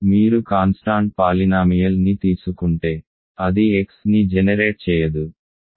మీరు constant polynomial ని తీసుకుంటే అది X ని జెనెరేట్ చేయదు